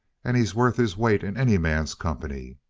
and he's worth his weight in any man's company.